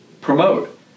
promote